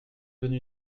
venu